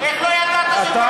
איך לא ידעת שגונבים?